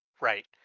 Right